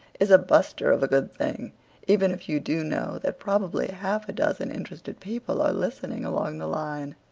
is a buster of a good thing' even if you do know that probably half a dozen interested people are listening along the line.